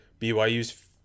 BYU's